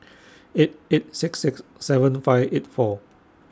eight eight six six seven five eight four